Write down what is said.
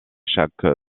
chaque